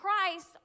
Christ